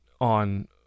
on